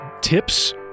tips